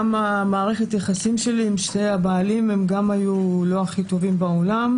גם מערכות היחסים שלי עם שני הבעלים לא היו הכי טובים בעולם.